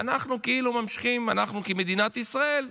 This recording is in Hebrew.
ואנחנו כאילו ממשיכים, אנחנו כמדינת ישראל אומרים: